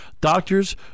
doctors